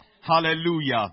Hallelujah